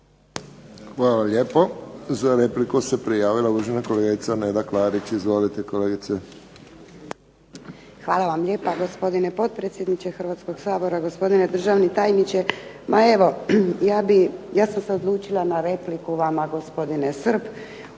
Hvala lijepo. Za repliku se prijavila uvažena kolegica Neda Klarić. Izvolite kolegice. **Klarić, Nedjeljka (HDZ)** Hvala vam lijepa. Gospodine potpredsjedniče Hrvatskog sabora, gospodine državni tajniče. Ma evo ja bih, ja sam se odlučila na repliku vama gospodine Srb,